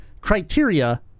criteria